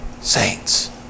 saints